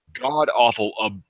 god-awful